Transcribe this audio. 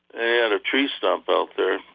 a and tree stump out there.